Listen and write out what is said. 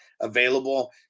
available